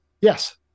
Yes